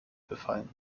befallen